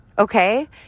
Okay